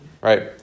Right